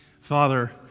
father